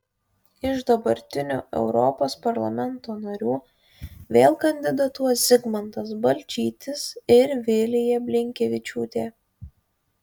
iš dabartinių europos parlamento narių vėl kandidatuos zigmantas balčytis ir vilija blinkevičiūtė